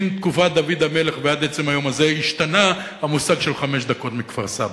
מתקופת דוד המלך ועד עצם היום הזה השתנה המושג של חמש דקות מכפר-סבא,